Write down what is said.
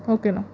okay Anna